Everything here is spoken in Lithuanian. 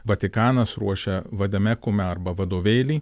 vatikanas ruošia vadame kume arba vadovėlį